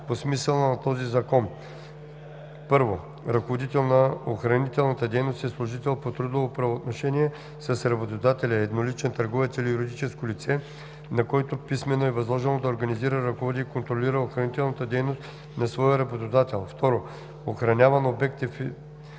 По смисъла на този закон: